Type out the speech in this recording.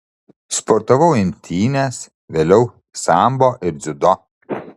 sportavau imtynes vėliau sambo ir dziudo